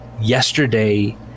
yesterday